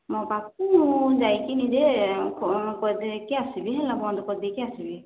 ନବାକୁ ଯାଇକି ନିଜେ କ'ଣ କରି ଦେଇକି ଆସିବି ହେଲା ବନ୍ଦ କରି ଦେଇ ଆସିବି